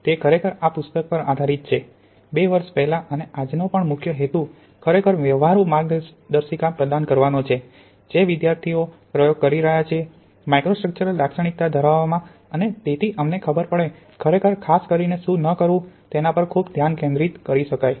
તે ખરેખર આ પુસ્તક પર આધારિત છે બે વર્ષ પહેલા અને આજનો પણ મુખ્ય હેતુ ખરેખર વ્યવહારુ માર્ગદર્શિકા પ્રદાન કરવાનો છે જે વિદ્યાર્થીઓ પ્રયોગો કરી રહ્યા છે માઇક્રોસ્ટ્રક્ચરલ લાક્ષણિકતા ધારવામાં અને તેથી એમને ખબર પડે ખરેખર ખાસ કરીને શું ન કરવું તેના પર ખૂબ ધ્યાન કેન્દ્રિત કરી શકાય